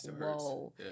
whoa